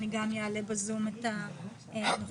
אני אעלה ב-זום את הנוכחים.